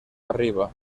arriba